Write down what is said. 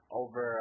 over